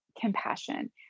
compassion